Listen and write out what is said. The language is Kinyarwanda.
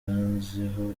bazwiho